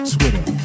Twitter